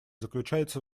заключается